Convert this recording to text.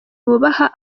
bubaha